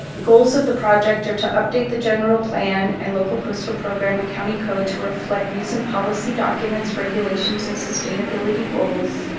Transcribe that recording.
goals of the project are to update the general plan and local coastal program and county code to reflect recent policy documents regulations and sustainability goals.